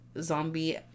zombie